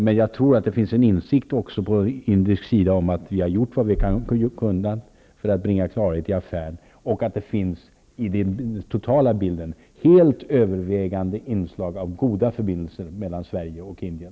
Men jag tror det finns en insikt också på indisk sida om att vi har gjort vad vi har kunnat för att bringa klarhet i affären, och det finns i den totala bilden helt övervägande inslag av goda förbindelser mellan Sverige och Indien.